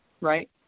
right